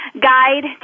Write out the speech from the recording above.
guide